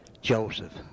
Joseph